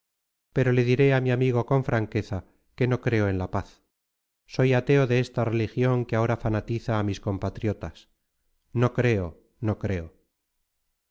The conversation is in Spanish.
pero le diré a mi amigo con franqueza que no creo en la paz soy ateo de esta religión que ahora fanatiza a mis compatriotas no creo no creo